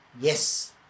Yes